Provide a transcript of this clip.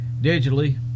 digitally